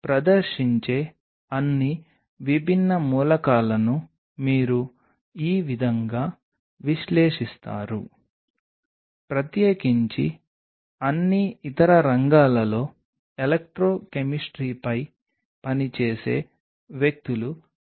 ఇది NH 3 సమూహాల సానుకూల NH 3 సమూహాలను కలిగి ఉంది ఈ NH 3 సమూహాలు ఈ విధంగా ఉన్నాయి అవి టెర్మినల్ నుండి ఈ విధంగా పాప్ అవుట్ అవుతున్నాయి